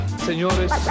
Señores